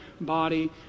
body